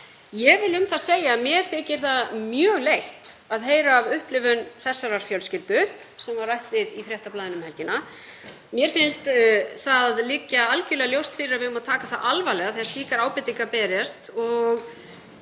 Ég vil um það segja að mér þykir mjög leitt að heyra af upplifun þessarar fjölskyldu sem rætt var við í Fréttablaðinu um helgina. Mér finnst liggja algerlega ljóst fyrir að við eigum að taka það alvarlega þegar slíkar ábendingar berast.